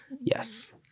Yes